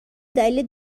دلیل